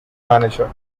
manager